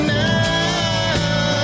now